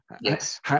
Yes